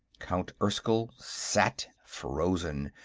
count erskyll sat frozen,